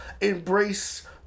embrace